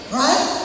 right